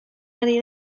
ari